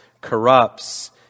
corrupts